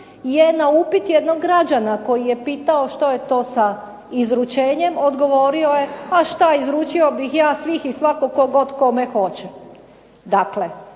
je na upit jednog građana koji je pitao što je to sa izručenjem, odgovorio je a šta izručio bih ja svih i svakog tko god kome hoće. Dakle,